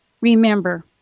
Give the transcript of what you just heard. remember